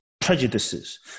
prejudices